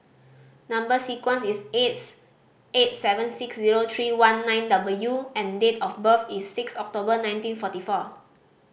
number sequence is S eight seven six zero three one nine W and date of birth is six October nineteen forty four